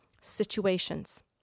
situations